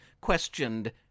questioned